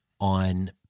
On